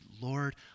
Lord